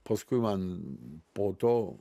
paskui man po to